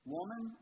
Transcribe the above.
Woman